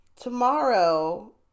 tomorrow